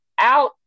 out